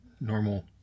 normal